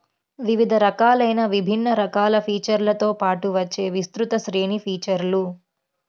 వివిధ రకాలైన విభిన్న రకాల ఫీచర్లతో పాటు వచ్చే విస్తృత శ్రేణి ఫీచర్లు